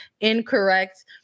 incorrect